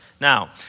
Now